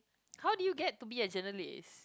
how did you get to be a journalist